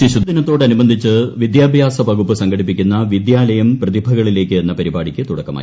ശിശുദിനത്തോട്ന്റ്ബ്ന്ധിച്ച് വിദ്യാഭ്യാസ വകുപ്പ് സംഘടിപ്പിക്കുന്ന വിദ്യാലയം ഷ്ട്രിഭ്കളിലേക്ക് എന്ന പരിപാടിക്ക് ഇന്ന് തുടക്കമായി